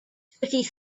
fifty